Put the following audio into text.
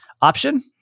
option